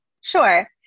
Sure